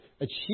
achieve